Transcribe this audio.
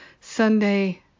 Sunday